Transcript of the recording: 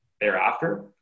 thereafter